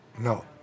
No